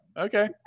okay